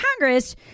Congress